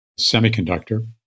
Semiconductor